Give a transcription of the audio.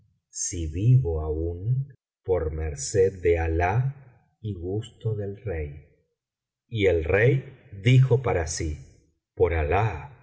si vivo aún por merced de alah y gusto del rey y el rey dijo para sí por alah